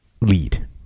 lead